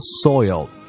soil